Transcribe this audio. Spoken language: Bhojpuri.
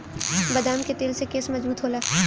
बदाम के तेल से केस मजबूत होला